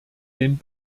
den